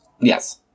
Yes